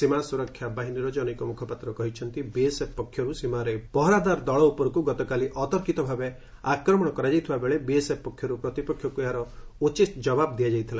ସୀମା ସୁରକ୍ଷା ବାହିନୀର ଜନୈକ ମୁଖପାତ୍ର କହିଛନ୍ତି ବିଏସ୍ଏଫ୍ ପକ୍ଷରୁ ସୀମାରେ ପହରାଦାର ଦଳ ଉପରକୁ ଗତକାଲି ଅତର୍କିତ ଭାବେ ଆକ୍ରମଣ କରାଯାଇଥିବା ବେଳେ ବିଏସ୍ଏଫ୍ ପକ୍ଷରୁ ପ୍ରତିପକ୍ଷକୁ ଏହାର ଉଚିତ୍ ଜବାବ ଦିଆଯାଇଥିଲା